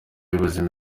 y’ubuzima